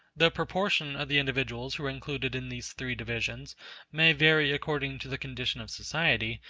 the proportion of the individuals who are included in these three divisions may vary according to the condition of society,